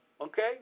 okay